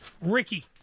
Ricky